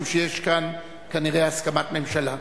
משום שכנראה יש כאן הסכמת ממשלה.